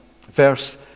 verse